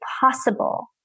possible